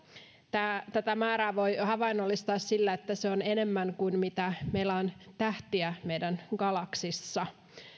tätä määrää voi havainnollistaa sillä että se on enemmän kuin meillä on tähtiä meidän galaksissamme